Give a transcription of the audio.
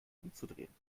umzudrehen